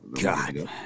god